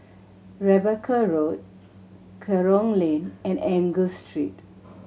Rebecca Road Kerong Lane and Angus Street